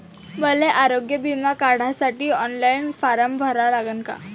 मले आरोग्य बिमा काढासाठी ऑनलाईन फारम भरा लागन का?